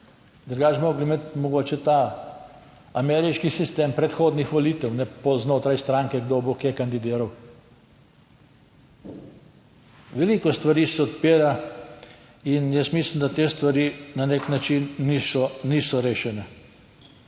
Drugače bi morali imeti mogoče ta ameriški sistem predhodnih volitev znotraj stranke, kdo bo kje kandidiral. Veliko stvari se odpira in jaz mislim, da te stvari na nek način niso, niso rešene.